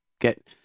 get